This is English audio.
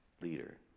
Leader